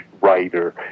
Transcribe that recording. writer